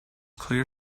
clear